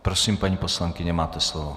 Prosím, paní poslankyně, máte slovo.